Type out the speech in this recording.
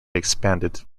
expanded